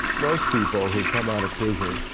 most people who come out of prison